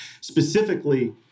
specifically